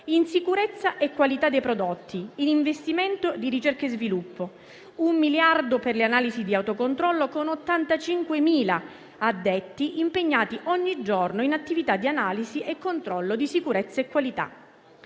in sicurezza e qualità dei prodotti, in investimenti di ricerca e sviluppo, e un miliardo di euro per le analisi di autocontrollo con 85.000 addetti impegnati ogni giorno in attività di analisi e controllo di sicurezza e qualità.